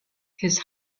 his